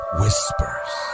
whispers